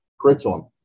curriculum